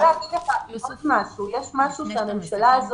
אין ספק.